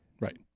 right